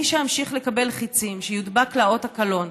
אני שאמשיך לקבל חיצים, שיודבק לה אות הקלון.